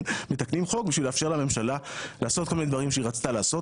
מתקנים חוק כדי לאפשר לממשלה לעשות כל מיני דברים שהיא רצתה לעשות,